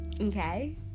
okay